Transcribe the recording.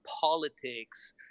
politics